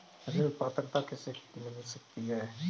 ऋण पात्रता किसे किसे मिल सकती है?